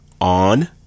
on